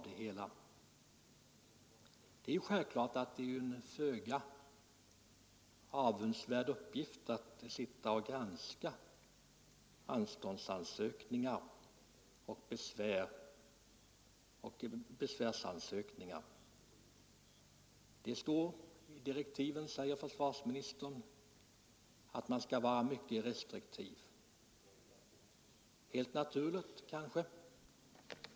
Det är självfallet en föga avundsvärd uppgift att sitta och granska anståndsansökningar och besvär. Det står i direktiven, säger försvarsministern, att man skall vara mycket restriktiv, helt naturligt kanske.